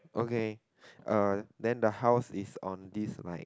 okay uh then the house is on this like